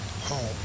home